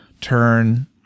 turn